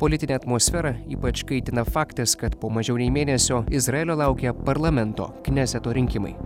politinę atmosferą ypač kaitina faktas kad po mažiau nei mėnesio izraelio laukia parlamento kneseto rinkimai